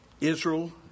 Israel